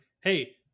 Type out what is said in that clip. Hey